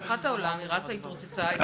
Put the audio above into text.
היא הפכה את העולם רצה והתרוצצה עד שקיבלה.